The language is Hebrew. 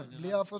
רק בלי ההפרשה.